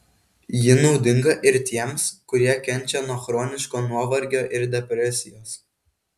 ji naudinga ir tiems kurie kenčia nuo chroniško nuovargio ir depresijos